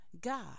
God